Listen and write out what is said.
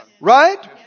Right